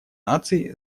наций